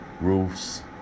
roofs